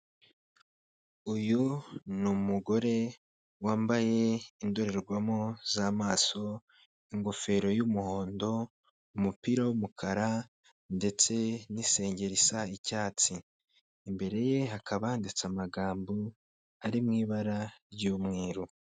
Uyu ni umugore wambaye indorerwamo z'amaso, ingofero y'umuhondo, umupira w'umukara ndetse n'isengeri isa icyatsi, imbere ye hakaba handitse amagambo, ari mu ibara ry'umweru.